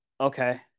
okay